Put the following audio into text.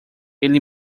ele